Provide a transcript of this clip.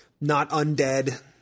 not-undead